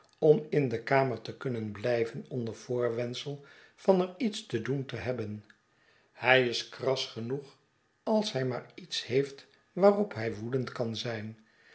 om in de kamer te kunnen blijven onder voorwendsel van er iets te doen te hebben hij is kras genoeg als hij maar iets heeft waarop hij woedend kan zijn